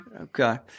Okay